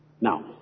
Now